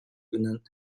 гынан